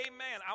Amen